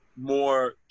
more